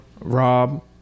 Rob